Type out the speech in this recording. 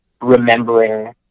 remembering